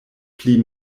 pli